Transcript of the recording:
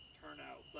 turnout